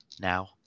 now